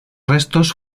restos